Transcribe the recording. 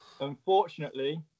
unfortunately